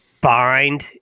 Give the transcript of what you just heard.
bind